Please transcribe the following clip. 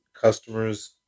customers